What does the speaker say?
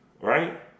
right